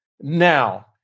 now